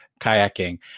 kayaking